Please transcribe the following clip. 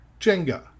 Jenga